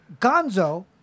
Gonzo